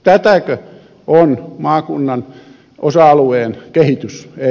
tätäkö on maakunnan osa alueen kehitys ei